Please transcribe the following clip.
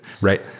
right